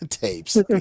tapes